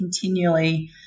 continually